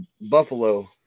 Buffalo